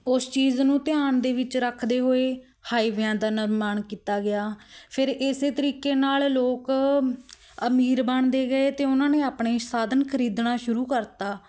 ਓਸ ਚੀਜ਼ ਨੂੰ ਧਿਆਨ ਦੇ ਵਿੱਚ ਰੱਖਦੇ ਹੋਏ ਹਾਈਵਿਆਂ ਦਾ ਨਿਰਮਾਣ ਕੀਤਾ ਗਿਆ ਫਿਰ ਇਸੇ ਤਰੀਕੇ ਨਾਲ ਲੋਕ ਅਮੀਰ ਬਣਦੇ ਗਏ ਅਤੇ ਉਹਨਾਂ ਨੇ ਆਪਣੇ ਸਾਧਨ ਖਰੀਦਣਾ ਸ਼ੁਰੂ ਕਰਤਾ